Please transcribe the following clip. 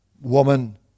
Woman